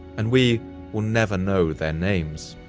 and we will never know their names.